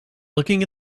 looking